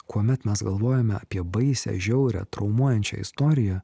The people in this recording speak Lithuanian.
kuomet mes galvojame apie baisią žiaurią traumuojančią istoriją